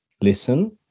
listen